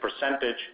percentage